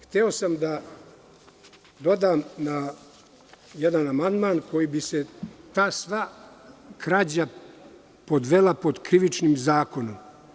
Hteo sam da dodam jedan amandman kojim bi se sva ta krađa podvela pod krivični zakon.